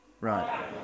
Right